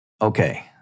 Okay